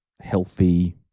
healthy